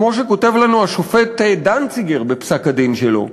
כמו שכותב לנו השופט דנציגר בפסק-הדין שלו,